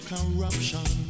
corruption